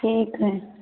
ठीक हइ